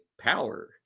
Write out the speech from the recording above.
power